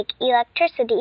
electricity